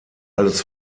alles